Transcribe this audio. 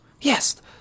Yes